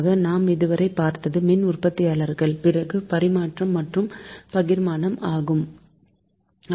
ஆக நாம் இதுவரை பார்த்தது மின் உற்பத்திநிலையங்கள் பிறகு பரிமாற்றம் மற்றும் பகிர்மானம் ஆகியவை ஆகும்